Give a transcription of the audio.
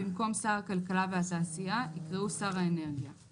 במקום "שר הכלכלה והתעשייה" יקראו "שר האנרגיה";